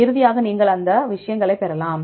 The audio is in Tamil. இறுதியாக நீங்கள் இந்த விஷயங்களைப் பெறலாம்